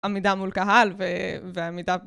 עמידה מול קהל ועמידה